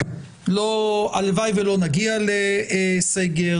הלוואי שלא נגיע לסגר.